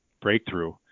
breakthrough